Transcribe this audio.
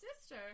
sister